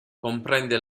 comprende